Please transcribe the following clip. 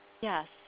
Yes